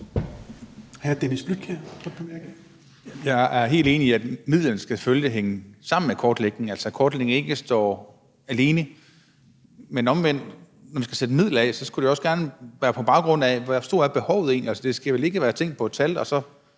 Jeg er helt enig i, at midlerne selvfølgelig skal hænge sammen med kortlægningen, så kortlægningen ikke står alene, men omvendt, når man skal sætte midler af, skulle det jo også gerne være på baggrund af, hvor stort behovet egentlig er. Det skal vel ikke være noget med, at man